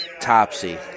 Topsy